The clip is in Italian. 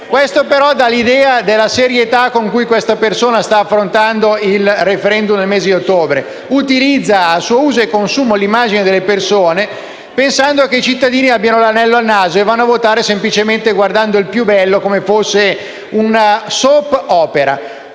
Ciò, però, dà l'idea della serietà con cui questa persona sta affrontando il *referendum* del mese di ottobre. Utilizza a suo uso e consumo l'immagine delle persone, pensando che i cittadini abbiano l'anello al naso e vadano a votare semplicemente guardando il più bello, come fosse una *soap opera*.